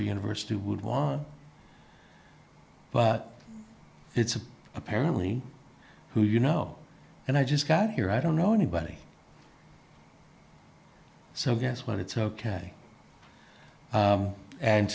or university would want but it's apparently who you know and i just got here i don't know anybody so guess what it's ok